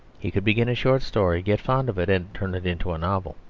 he could begin a short story, get fond of it, and turn it into a novel.